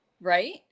right